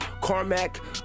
Carmack